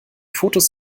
fotos